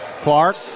Clark